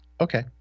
Okay